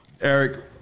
Eric